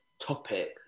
topic